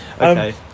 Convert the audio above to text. Okay